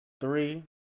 three